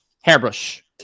hairbrush